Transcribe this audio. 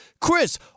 Chris